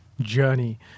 journey